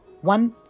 One